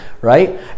right